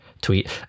tweet